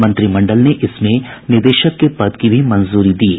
मंत्रिमंडल ने इसमें निदेशक के पद की भी मंजूरी दी है